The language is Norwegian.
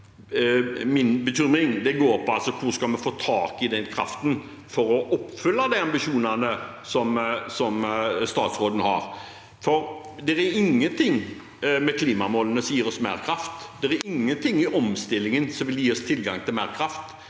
Min bekymring går ut på hvor vi skal få tak i den kraften for å oppfylle de ambisjonene som statsråden har. Det er ingenting i klimamålene som gir oss mer kraft, det er ingenting i omstillingen som vil gi oss tilgang til mer kraft,